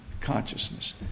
consciousness